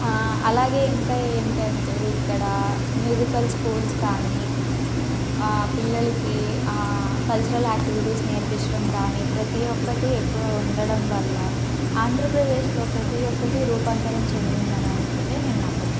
అలాగే ఇంకా ఏమిటంటే ఇక్కడ మ్యూజికల్స్ స్కూల్స్ కానీ పిల్లలకి కల్చరల్ యాక్టీవిటీస్ నేర్పించడం కానీ ప్రతీ ఒక్కటి ఎక్కువ ఉండడం వల్ల ఆంధ్రప్రదేశ్లో ప్రతీ ఒక్కటి రూపాంతరం చెందింది అని అంటే నేను నమ్ముతాను